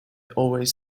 always